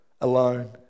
alone